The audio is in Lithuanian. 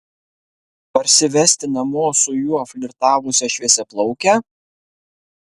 parsivesti namo su juo flirtavusią šviesiaplaukę